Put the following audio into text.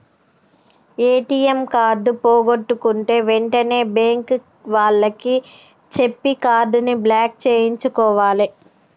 ATM card పోగొట్టుకుంటే వెంటనే bank వాళ్లకి చెప్పి కార్డుని బ్లాక్ చేయించుకోవాలే